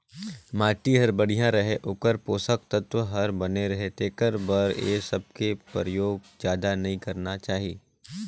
माटी हर बड़िया रहें, ओखर पोसक तत्व हर बने रहे तेखर बर ए सबके परयोग जादा नई करना चाही